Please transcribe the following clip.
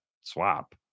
swap